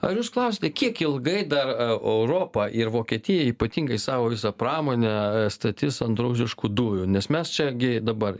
ar jūs klausite kiek ilgai dar europa ir vokietija ypatingai savo visą pramonę statys ant rusiškų dujų nes mes čia gi dabar